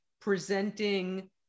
presenting